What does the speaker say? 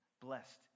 Blessed